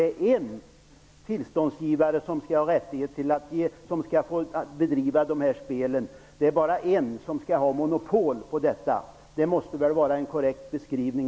En tillståndsgivare skall få bedriva spelen. Det är bara en som skall ha monopol. Det måste väl vara en korrekt beskrivning?